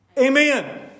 Amen